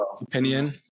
opinion